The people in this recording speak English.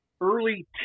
early